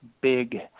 big